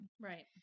Right